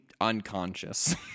unconscious